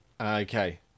Okay